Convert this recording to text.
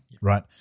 right